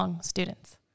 students